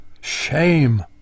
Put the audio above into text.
Shame